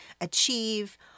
achieve